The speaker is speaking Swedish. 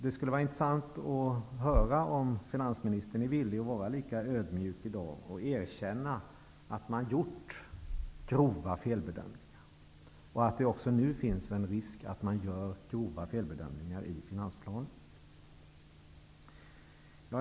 Det skulle vara intressant att höra om finansministern är villig att vara lika ödmjuk i dag och erkänna att man gjort grova felbedömningar och att det också nu finns en risk för att man gör grova felbedömningar i finansplanen.